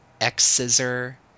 X-Scissor